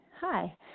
Hi